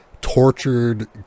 tortured